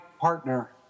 partner